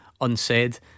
Unsaid